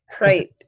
Right